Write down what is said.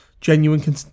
genuine